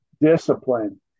discipline